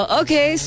okay